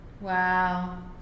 Wow